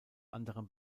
anderem